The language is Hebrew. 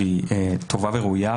והיא טובה וראויה,